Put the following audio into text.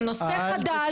של נושא חדש,